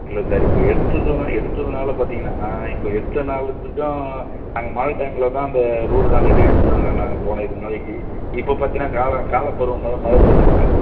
இல்லை சார் இப்போ எடுத்ததுனால் எடுத்ததினால பார்த்தீங்கன்னா இப்போ எடுத்ததினால மட்டும் நாங்கள் மழை டைமில்தான் அந்த ரோடு கான்ட்ராக்டே எடுத்தோம் நாங்கள் போ இது மழைக்கு இப்போ பார்த்தீன்னா கால கால பருவமழை மழை பேஞ்சுட்ருக்கு